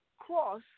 cross